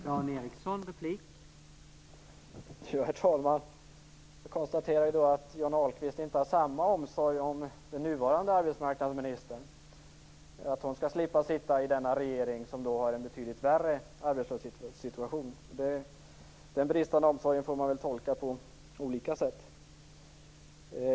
Herr talman! Jag konstaterar att Johnny Ahlqvist inte visar samma omsorg om den nuvarande arbetsmarknadsministern, så att hon slipper sitta i regeringen, som har att klara en betydligt värre arbetslöshetssituation. Den bristande omsorgen kan man tolka på olika sätt.